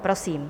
Prosím.